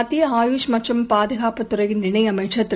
மத்திய ஆயுஷ் மற்றும் பாதுகாப்புத் துறையின் இணைஅமைச்சர் திரு